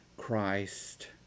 Christ